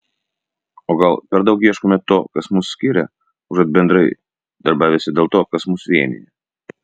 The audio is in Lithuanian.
o gal per daug ieškome to kas mus skiria užuot bendrai darbavęsi dėl to kas mus vienija